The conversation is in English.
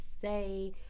say